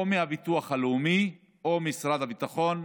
או מהביטוח הלאומי או ממשרד הביטחון,